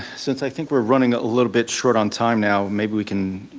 since i think we're running a little bit short on time now, maybe we can